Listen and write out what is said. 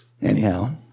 Anyhow